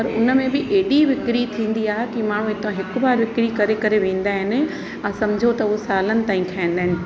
पर उनमें बि एॾी विक्री थींदी आहे की माण्हू हितां हिक बार बिक्री करे करे वेंदा आहिनि और सम्झो त उहो सालन ताईं खाईंदा आहिनि